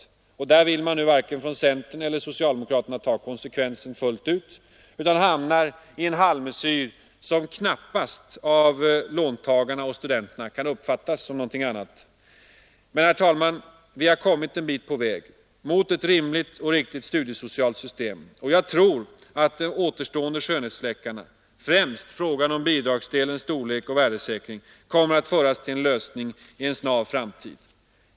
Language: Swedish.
Varken centern eller socialdemokraterna vill i det avseendet ta konsekvensen fullt ut, utan man hamnar i en halvmesyr, som knappast av låntagarna och studenterna kan uppfattas som någonting annat. Men, herr talman, vi har kommit en bit på väg mot ett rimligt och riktigt studiesocialt system, och jag tror att de återstående skönhetsfläckarna — främst i fråga om bidragsdelens storlek och värdesäkring — kommer att avhjälpas i en snar framtid.